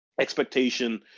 expectation